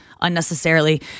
unnecessarily